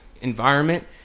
environment